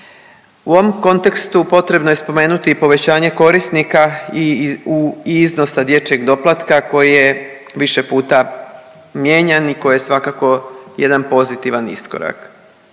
U ovom kontekstu potrebno je spomenuti i povećanje korisnika i iznosa dječjeg doplatka koje više puta mijenjan i koje svakako jedan pozitivan iskorak.